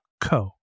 co